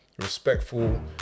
respectful